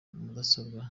mudasobwa